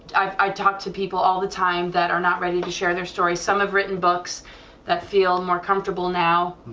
i talk to people all the time that are not ready to share their stories, some have written books that feel more comfortable now.